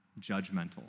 judgmental